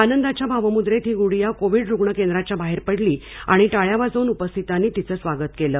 आनंदाच्या भावमुद्रेत ही गुडीया कोविड रुग्ण केंद्राच्या बाहेर पडली आणि टाळ्या वाजवून उपस्थितांनी तिचे स्वागत केले